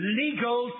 legal